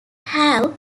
have